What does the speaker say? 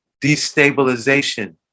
destabilization